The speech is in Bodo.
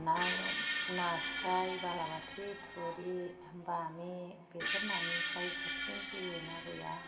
ना नास्राय बालाबाथि थुरि बामि बेफोर नानिफ्राय साबसिन जेबो ना गैया